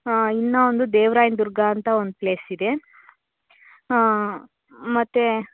ಹಾಂ ಇನ್ನೂ ಒಂದು ದೇವರಾಯನ ದುರ್ಗ ಅಂತ ಒಂದು ಪ್ಲೇಸ್ ಇದೆ ಹಾಂ ಮತ್ತೆ